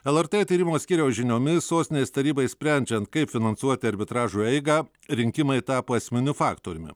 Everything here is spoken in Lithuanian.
lrt tyrimų skyriaus žiniomis sostinės tarybai sprendžiant kaip finansuoti arbitražo eigą rinkimai tapo esminiu faktoriumi